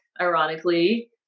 ironically